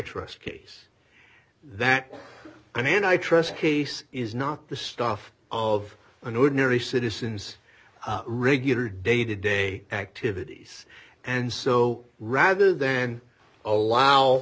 trust case that a man i trust case is not the stuff of an ordinary citizens regular day to day activities and so rather than allow